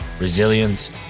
resilience